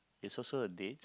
it's also a date